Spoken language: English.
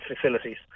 facilities